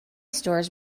stores